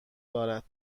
دارد